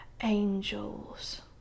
angels